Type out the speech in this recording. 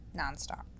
nonstop